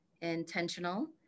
intentional